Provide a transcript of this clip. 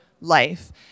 life